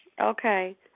Okay